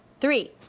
three,